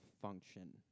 function